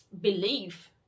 believe